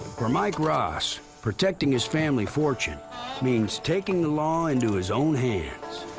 for mike ross, protecting his family fortune means taking the law into his own hands.